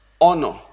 Honor